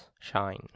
shine